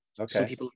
okay